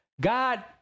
God